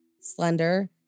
slender